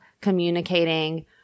communicating